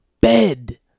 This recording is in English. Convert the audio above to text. bed